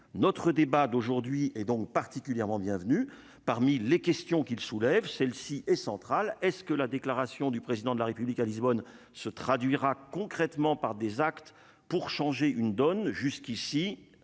notre débat d'aujourd'hui et donc particulièrement bienvenu parmi les questions qu'il soulève, Chelsea est centrale, est ce que la déclaration du président de la République à Lisbonne se traduira concrètement par des actes pour changer une donne jusqu'ici